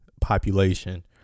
population